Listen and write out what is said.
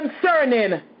concerning